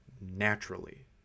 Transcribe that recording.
naturally